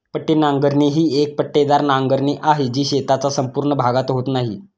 पट्टी नांगरणी ही एक पट्टेदार नांगरणी आहे, जी शेताचा संपूर्ण भागात होत नाही